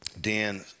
Dan